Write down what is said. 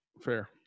Fair